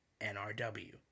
NRW